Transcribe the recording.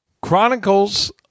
Chronicles